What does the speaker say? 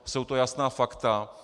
Jsou to jasná fakta.